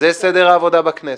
זה סדר העבודה בכנסת.